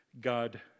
God